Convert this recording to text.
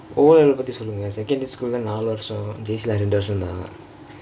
O level பத்தி சொல்லுங்க:pathi sollungka secondary school நாலு வர்௸ம்:naalu varsham J_C ரெண்டு தான்:rendu varsham thaan